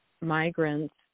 migrants